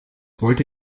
wollte